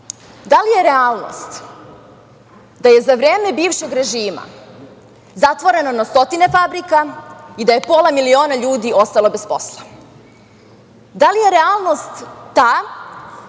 da li je realnost da je za vreme bivšeg režima zatvoreno na stotine fabrika i da je pola miliona ljudi ostalo bez posla? Da li je realnost da